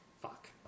Fuck